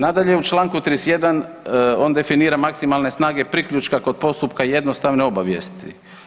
Nadalje, u čl. 31. on definira maksimalne snage priključka kod postupka jednostavne obavijesti.